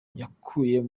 yakuyemo